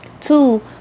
two